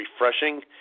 refreshing